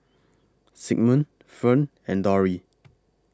Sigmund Fern and Dori